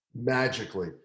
magically